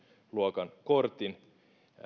luokan kortin